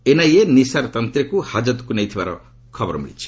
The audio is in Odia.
ଏନ୍ଆଇଏ ନିଶାର ତାନ୍ତେକୁ ହାକ୍ତକୁ ନେଇଥିବାର ଖବର ମିଳିଛି